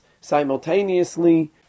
simultaneously